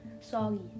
soggy